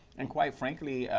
and quite frankly,